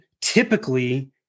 Typically